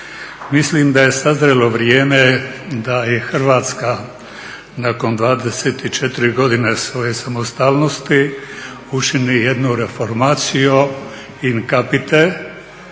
Mislim daje sazrelo vrijeme da i Hrvatska nakon 24 godine svoje samostalnosti učini jedno reformatio in capite